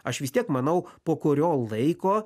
aš vis tiek manau po kurio laiko